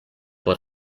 por